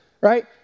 right